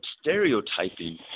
stereotyping